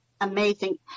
amazing